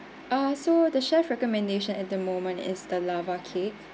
uh so the chef recommendation at the moment is the lava cake